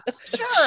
Sure